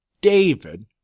David